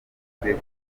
rikunze